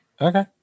Okay